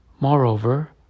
Moreover